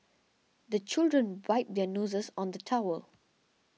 the children wipe their noses on the towel